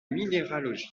minéralogie